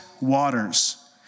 waters